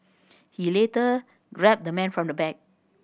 he later grabbed the man from the back